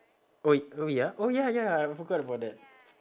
oh oh ya oh ya ya I forgot about that